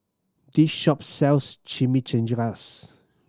this shop sells Chimichangas